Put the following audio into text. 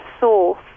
Source